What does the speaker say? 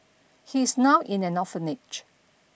he's now in an orphanage